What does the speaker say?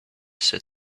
said